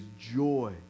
joy